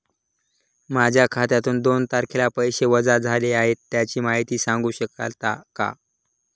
माझ्या खात्यातून दोन तारखेला पैसे वजा झाले आहेत त्याची माहिती सांगू शकता का?